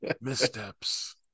missteps